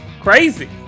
crazy